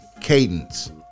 cadence